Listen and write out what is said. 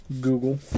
Google